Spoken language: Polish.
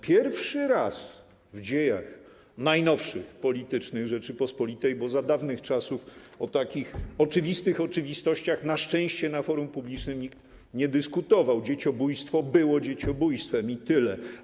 Pierwszy raz w najnowszych dziejach politycznych Rzeczypospolitej, bo za dawnych czasów o takich oczywistych oczywistościach na szczęście na forum publicznym nikt nie dyskutował, dzieciobójstwo było dzieciobójstwem i tyle.